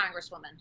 Congresswoman